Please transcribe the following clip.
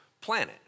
planet